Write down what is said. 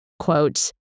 Quote